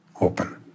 open